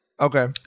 Okay